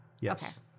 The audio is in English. Yes